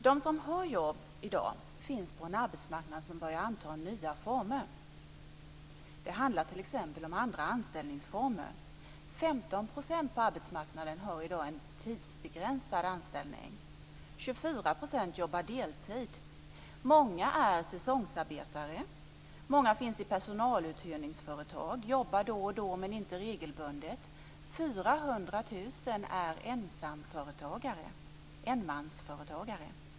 De som har jobb i dag finns på en arbetsmarknad som börjar anta nya former. Det handlar t.ex. om andra anställningsformer. 15 % på arbetsmarknaden har i dag en tidsbegränsad anställning. 24 % jobbar deltid. Många är säsongsarbetare. Många finns i personaluthyrningsföretag och uppdragsförmedlingar - jobbar då och då men inte regelbundet. 400 000 är enmansföretagare.